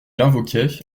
invoquait